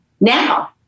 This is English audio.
now